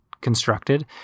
constructed